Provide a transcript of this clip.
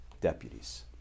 deputies